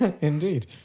Indeed